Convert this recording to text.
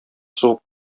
сугып